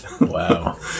Wow